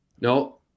No